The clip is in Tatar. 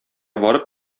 барып